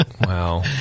Wow